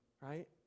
Right